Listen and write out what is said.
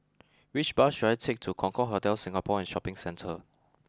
which bus should I take to Concorde Hotel Singapore and Shopping Centre